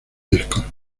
discos